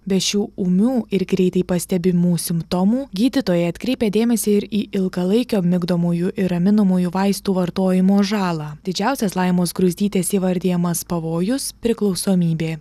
be šių ūmių ir greitai pastebimų simptomų gydytoja atkreipia dėmesį ir į ilgalaikio migdomųjų ir raminamųjų vaistų vartojimo žalą didžiausias laimos gruzdytės įvardijamas pavojus priklausomybė